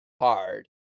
hard